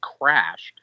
crashed